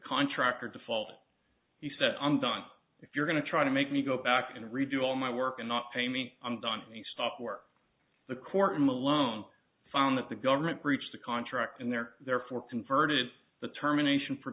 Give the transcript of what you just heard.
contractor default you said i'm done if you're going to try to make me go back and redo all my work and not pay me i'm done you stop work the court malone found that the government breached the contract and there therefore converted the terminations for